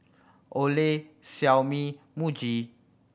Olay Xiaomi Muji